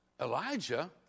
Elijah